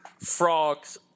Frogs